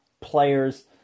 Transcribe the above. players